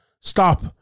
stop